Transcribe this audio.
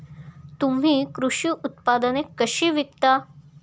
तुम्ही कृषी उत्पादने कशी विकता?